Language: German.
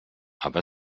aber